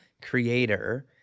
creator